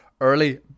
early